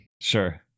Sure